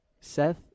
Seth